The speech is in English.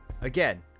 Again